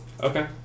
Okay